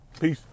Peace